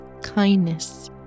kindness